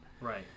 Right